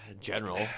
General